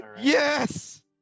Yes